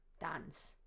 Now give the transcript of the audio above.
dance